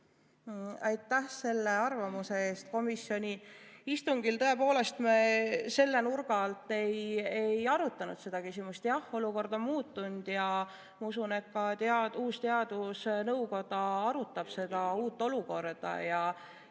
Aitäh selle arvamuse eest! Komisjoni istungil tõepoolest me selle nurga alt seda küsimust ei arutanud. Jah, olukord on muutunud ja ma usun, et ka uus teadusnõukoda arutab seda uut olukorda.